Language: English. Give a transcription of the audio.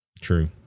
True